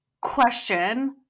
question